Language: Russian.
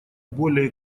более